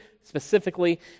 specifically